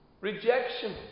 rejection